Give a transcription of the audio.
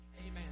Amen